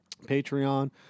Patreon